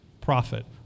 profit